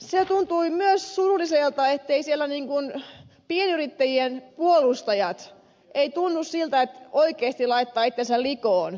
se tuntui myös surulliselta ettei tuntunut siltä että siellä pienyrittäjien puolustajat oikeasti laittavat itsensä likoon